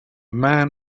man